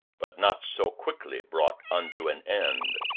but not so quickly brought unto an end.